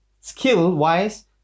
skill-wise